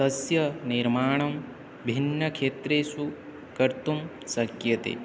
तस्य निर्माणं भिन्न क्षेत्रेषु कर्तुं शक्यते